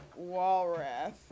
Walrath